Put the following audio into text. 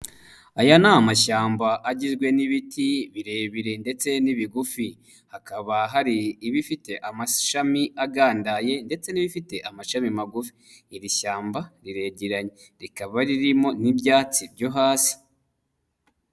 Aya ni amashyamba agizwe n'ibiti birebire ndetse n'ibigufi, hakaba hari ibifite amashami agandaye ndetse n'ibifite amashami magufi. Iri shyamba riregeranye, rikaba ririmo n'ibyatsi byo hasi.